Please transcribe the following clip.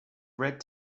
red